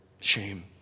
shame